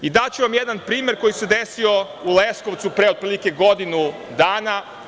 Daću vam jedan primer koji se desio u Leskovcu, pre otprilike godinu dana.